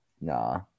Nah